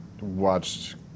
watched